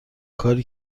کاری